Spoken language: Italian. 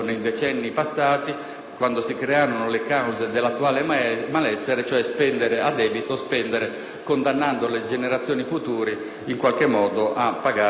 quando si crearono le cause dell'attuale malessere, cioè spendere a debito, spendere condannando le generazioni future a pagare i debiti fatti.